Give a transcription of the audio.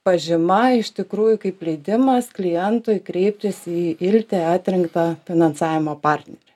pažyma iš tikrųjų kaip leidimas klientui kreiptis į ilte atrinktą finansavimo partnerį